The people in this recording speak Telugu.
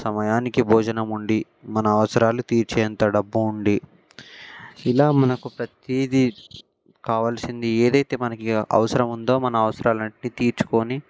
సమయానికి భోజనం ఉండి మన అవసరాలు తీర్చే అంత డబ్బు ఉండి ఇలా మనకు ప్రతీది కావలసింది ఏదైతే మనకి ఇక అవసరం ఉందో మన అవసరాలన్నీ తీర్చుకొని